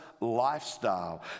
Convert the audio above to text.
lifestyle